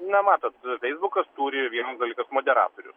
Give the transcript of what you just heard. na matot feisbukas turi vienas dalykas moderatorius